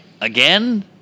again